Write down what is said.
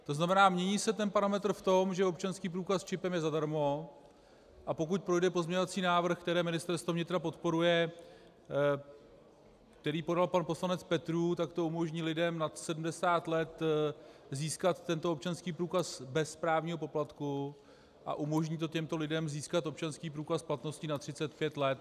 To znamená, mění se ten parametr v tom, že občanský průkaz s čipem je zadarmo, a pokud projde pozměňovací návrh, který Ministerstvo vnitra podporuje a který podal pan poslanec Petrů, tak to umožní lidem nad 70 let získat tento občanský průkaz bez právního poplatku a umožní to těmto lidem získat občanský průkaz s platností na 35 let.